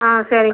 ஆ சரி